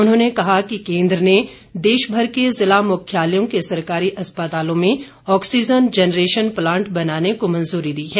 उन्होंने कहा कि केन्द्र ने देशभर के ज़िला मुख्यालयों के सरकारी अस्पतालों में ऑक्सीज़न जनरेशन प्लांट बनाने को मंजूरी दी है